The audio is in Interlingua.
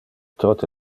tote